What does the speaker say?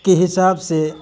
کے حساب سے